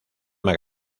más